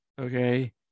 okay